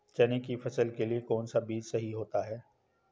चने की फसल के लिए कौनसा बीज सही होता है?